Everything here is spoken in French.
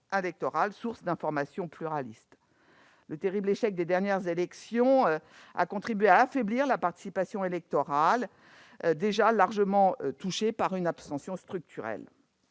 source d'information pluraliste. Le terrible échec lors des dernières élections a contribué à affaiblir la participation électorale, déjà largement touchée par une abstention structurelle.